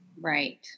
right